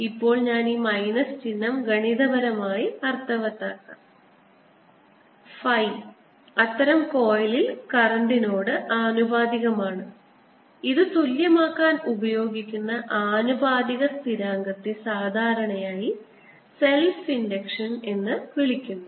ഇപ്പോൾ ഞാൻ ഈ മൈനസ് ചിഹ്നം ഗണിതപരമായി അർത്ഥവത്താക്കാം ഫൈ അത്തരം കോയിലിൽ കറൻറിനോട് ആനുപാതികമാണ് ഇത് തുല്യം ആക്കാൻ ഉപയോഗിക്കുന്ന ആനുപാതിക സ്ഥിരാങ്കത്തെ സാധാരണയായി സെൽഫ് ഇൻഡക്ഷൻ എന്ന് വിളിക്കപ്പെടുന്നു